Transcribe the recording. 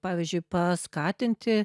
pavyzdžiui paskatinti